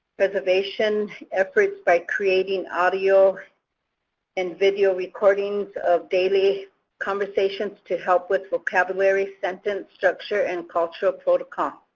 preservation efforts by creating audio and video recordings of daily conversations to help with vocabulary, sentence structure and cultural protocols.